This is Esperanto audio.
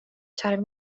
ĉar